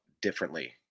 differently –